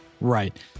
Right